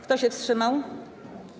Kto się wstrzymał?